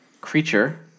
Creature